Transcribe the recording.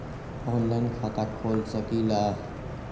Online खाता खोल सकलीह?